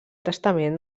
testament